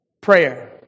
prayer